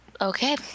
Okay